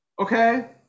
okay